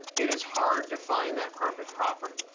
it is hard to find that perfect property.